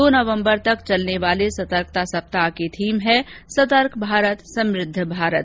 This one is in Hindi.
दो नवंबर तक चलने वाले सतर्कता सप्ताह की थीम है सतर्क भारत समृद्ध भारत